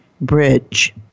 bridge